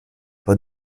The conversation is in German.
war